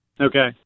Okay